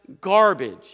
garbage